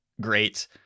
great